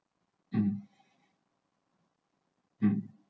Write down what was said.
mm mm